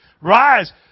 Rise